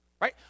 Right